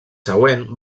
següent